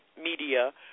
media